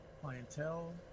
Clientele